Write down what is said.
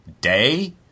Day